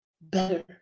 better